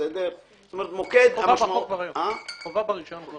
--- זה חובה ברישיון כבר היום.